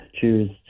choose